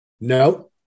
No